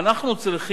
אנחנו צריכים